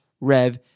Rev